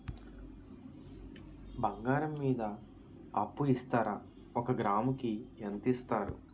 బంగారం మీద అప్పు ఇస్తారా? ఒక గ్రాము కి ఎంత ఇస్తారు?